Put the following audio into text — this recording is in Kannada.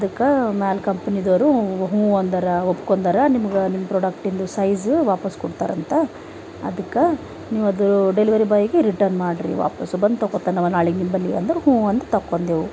ಅದಕ್ಕೆ ಮ್ಯಾಲ ಕಂಪ್ನಿದವರು ಹ್ಞೂ ಅಂದರ ಒಪ್ಕೊಂಡಾರ ನಿಮಗ ನಿಮ್ಮ ಪ್ರೊಡಕ್ಟಿಂದು ಸೈಜು ವಾಪಸ್ ಕೊಡ್ತಾರಂತ ಅದಕ್ಕೆ ನೀವು ಅದು ಡೆಲಿವರಿ ಬಾಯ್ಗೆ ರಿಟರ್ನ್ ಮಾಡಿರಿ ವಾಪಸ್ಸು ಬಂದು ತೊಕೊತಾನ ಅವ ನಾಳಿಗೆ ನಿಂಬಲ್ಲಿ ಅಂದರು ಹ್ಞೂ ಅಂದು ತಕೊಂದೆವು